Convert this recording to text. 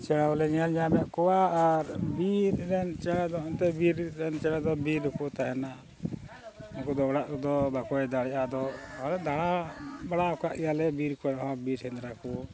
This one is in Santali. ᱪᱮᱬᱮ ᱵᱢᱟᱞᱮ ᱧᱮᱞ ᱧᱟᱢᱮᱫ ᱠᱚᱣᱟ ᱟᱨ ᱵᱤᱨ ᱨᱮᱱ ᱪᱮᱬᱮ ᱫᱚ ᱚᱱᱛᱮ ᱵᱤᱨ ᱪᱮᱬᱮ ᱫᱚ ᱵᱤᱨ ᱠᱚ ᱛᱟᱦᱮᱱᱟ ᱩᱱᱠᱩ ᱫᱚ ᱚᱲᱟᱜ ᱠᱚᱫᱚ ᱵᱟᱠᱚ ᱦᱮᱡ ᱫᱟᱲᱮᱭᱟᱜᱼᱟ ᱟᱫᱚ ᱫᱟᱬᱟ ᱵᱟᱲᱟ ᱟᱠᱟᱫ ᱜᱮᱭᱟᱞᱮ ᱵᱤᱨ ᱠᱚᱨᱮ ᱦᱚᱸ ᱵᱤᱨ ᱥᱮᱸᱫᱽᱨᱟ ᱠᱚ